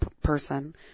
person